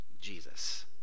Jesus